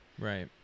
right